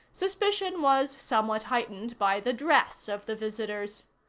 suspicion was somewhat heightened by the dress of the visitors.